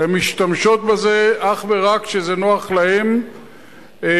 והן משתמשות בזה אך ורק כשזה נוח להן בבית-המשפט.